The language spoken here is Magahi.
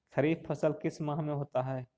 खरिफ फसल किस माह में होता है?